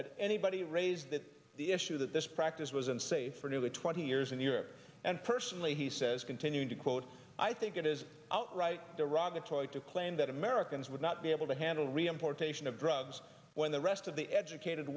has anybody raised that the issue that this practice was unsafe for nearly twenty years in europe and personally he says continue to quote i think it is outright derogatory to claim that americans would not be able to handle reimportation of drugs when the rest of the educated